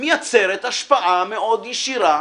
מייצרת השפעה מאוד ישירה